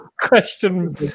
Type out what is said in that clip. question